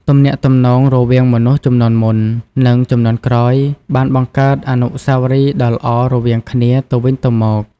ទំនាក់ទំនងរវាងមនុស្សជំនាន់មុន និងជំនាន់ក្រោយបានបង្កើតអនុស្សាវរីយ៍ដ៏ល្អរវាងគ្នាទៅវិញទៅមក។